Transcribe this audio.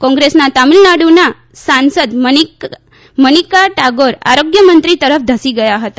કોગ્રેસના તમિલનાડુના સાંસદ મનિકા ટાગોર આરોગ્યમંત્રી તરફ ધસી ગયા હતા